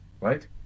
right